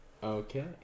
Okay